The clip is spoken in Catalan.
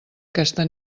aquesta